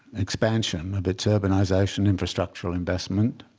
expansion of its urbanization infrastructural investment?